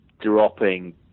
dropping